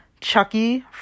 Chucky